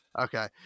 Okay